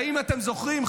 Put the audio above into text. האם אתם זוכרים,